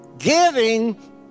Giving